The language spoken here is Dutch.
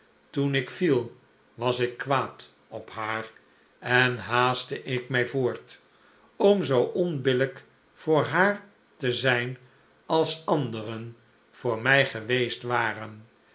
toen ik viel was ik kwaad op haar en haastte ik mij voort om zoo onbillh'k voor haar te zijn als anderen voor mh geweest waren